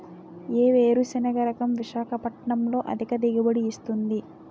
ఏ వేరుసెనగ రకం విశాఖపట్నం లో అధిక దిగుబడి ఇస్తుంది?